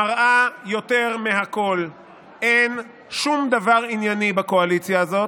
מראה יותר מהכול שאין שום דבר ענייני בקואליציה הזאת.